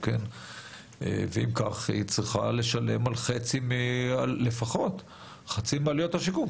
אם כך, ICL צריכה לשלם עבור חצי מעלויות השיקום.